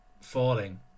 falling